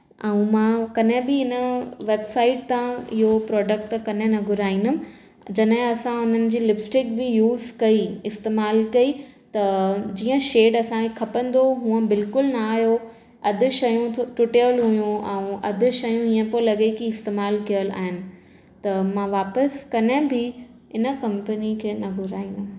ऐं मां कॾहिं बि इन वेबसाइट तां इहो प्रॉडक्ट त कॾहिं न घुराईंदमि जॾहिं असां हुननि जी लिपस्टिक बि यूस कई इस्तेमालु कई त जीअं शेड असांखे खपंदो हूअं बिल्कुलु न आहियो अधु शयूं टुटियलु हुयूं ऐं अधु शयूं हीअं पियो लॻे की इस्तेमालु कयलु आहिनि त मां वापसि कॾहिं बि इन कंपनी खे न घुराईंदमि